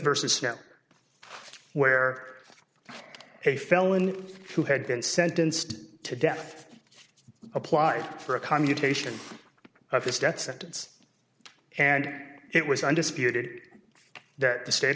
versus now where a felon who had been sentenced to death applied for a commutation of his death sentence and it was undisputed that the state